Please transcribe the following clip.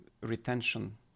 retention